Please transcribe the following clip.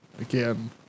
again